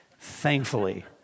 thankfully